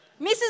Mrs